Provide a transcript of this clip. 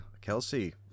kelsey